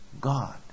God